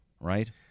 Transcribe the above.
right